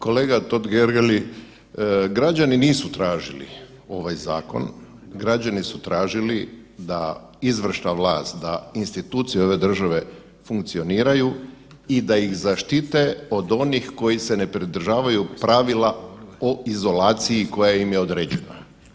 Kolega Totgergeli, građani nisu tražili ovaj zakon, građani su tražili da izvršna vlast, da institucije ove države funkcioniraju i da ih zaštite od onih koji se ne pridržavaju pravila o izolaciji koja im je određena.